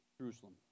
Jerusalem